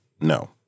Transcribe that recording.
no